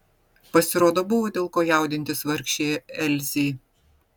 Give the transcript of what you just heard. pasirodo buvo dėl ko jaudintis vargšei elzei